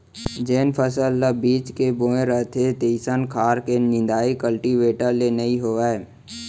जेन फसल ल छीच के बोए रथें तइसना खार के निंदाइ कल्टीवेटर ले नइ होवय